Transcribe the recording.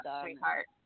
sweetheart